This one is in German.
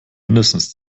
mindestens